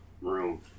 room